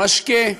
משקה,